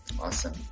awesome